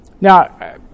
Now